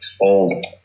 old